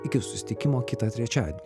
iki susitikimo kitą trečiadienį